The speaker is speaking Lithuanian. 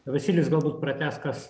vasilijus galbūt pratęs kas